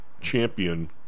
champion